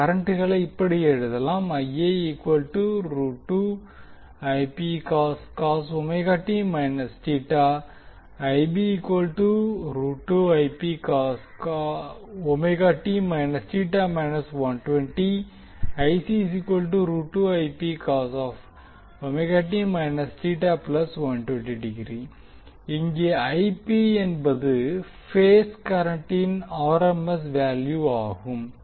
நாம் கரண்ட்களை இப்படி எழுதலாம் இங்கே என்பது பேஸ் கரண்டின் ஆர் எம் எஸ் வேல்யூ ஆகும்